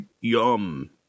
yum